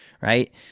Right